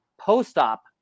post-op